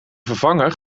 vervangen